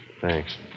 Thanks